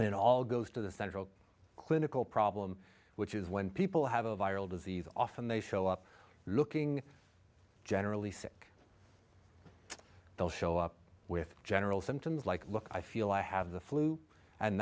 it all goes to the central clinical problem which is when people have a viral disease often they show up looking generally sick they'll show up with general symptoms like look i feel i have the flu and